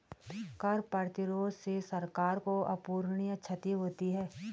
कर प्रतिरोध से सरकार को अपूरणीय क्षति होती है